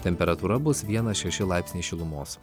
temperatūra bus vienas šeši laipsniai šilumos